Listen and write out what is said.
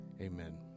Amen